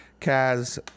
Kaz